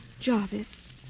Jarvis